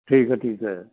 ਠੀਕ ਹੈ ਠੀਕ ਹੈ